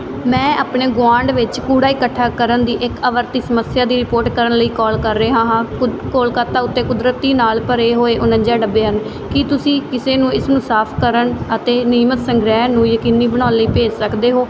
ਮੈਂ ਆਪਣੇ ਗੁਆਂਢ ਵਿੱਚ ਕੂੜਾ ਇਕੱਠਾ ਕਰਨ ਦੀ ਇੱਕ ਆਵਰਤੀ ਸਮੱਸਿਆ ਦੀ ਰਿਪੋਰਟ ਕਰਨ ਲਈ ਕਾਲ ਕਰ ਰਿਹਾ ਹਾਂ ਕੁ ਕੋਲਕਾਤਾ ਉੱਤੇ ਕੁਦਰਤੀ ਨਾਲ ਭਰੇ ਹੋਏ ਉਨੰਜਾ ਡੱਬੇ ਹਨ ਕੀ ਤੁਸੀਂ ਕਿਸੇ ਨੂੰ ਇਸ ਨੂੰ ਸਾਫ਼ ਕਰਨ ਅਤੇ ਨਿਯਮਤ ਸੰਗ੍ਰਹਿ ਨੂੰ ਯਕੀਨੀ ਬਣਾਉਣ ਲਈ ਭੇਜ ਸਕਦੇ ਹੋ